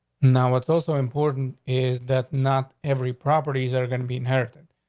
now, what's also important is that not every property is there gonna be inherited.